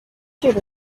should